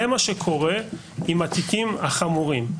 זה מה שקורה עם התיקים החמורים.